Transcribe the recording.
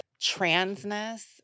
transness